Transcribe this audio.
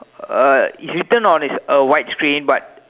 uh it's written on a white screen but